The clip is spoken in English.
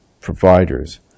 providers